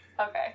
Okay